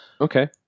Okay